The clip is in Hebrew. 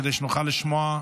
כדי שנוכל לשמוע.